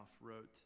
wrote